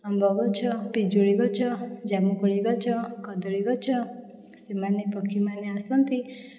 ଆମ୍ବଗଛ ପିଜୁଳିଗଛ ଜାମୁକୋଳିଗଛ କଦଳୀଗଛ ସେମାନେ ପକ୍ଷୀମାନେ ଆସନ୍ତି